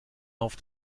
auf